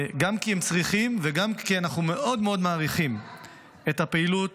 גם כי הם צריכים וגם כי אנחנו מאוד מאוד מעריכים את הפעילות